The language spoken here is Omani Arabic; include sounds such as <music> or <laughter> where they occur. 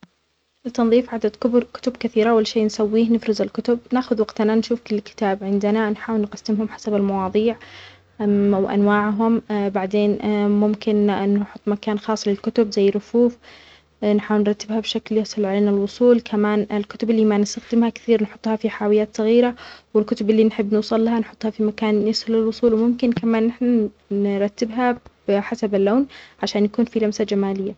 لتنظيف عدد كبر- كتب كثيرة، اول الشيء نسويه، نفرز الكتب. نأخذ وقتنا نشوف كل الكتاب عندنا نحاول نقسمهم حسب المواضيع <hesitation> وأنواعهم. بعدين ممكن نحط مكان خاص للكتب زي رفوف نحاول نرتبها بشكل يصل علينا الوصول، كمان الكتب إللي ما نستخدمها كثير نحطها في حاويات صغيرة، والكتب إللي نحب نوصلها نحطها في مكان يسهل للوصول، وممكن كمان نحنا نرتبها بحسب اللون عشان يكون فيه لمسة جمالية.